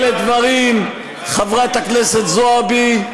אלה דברים, חברת הכנסת זועבי,